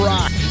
Rock